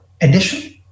addition